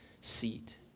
seat